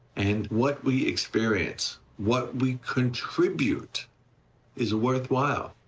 and what we experience, what we contribute is worthwhile.